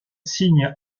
signe